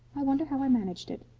i wonder how i managed it?